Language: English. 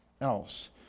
else